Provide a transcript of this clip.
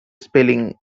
spelling